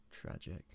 Tragic